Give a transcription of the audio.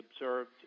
observed